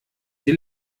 sie